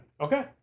Okay